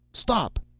stop!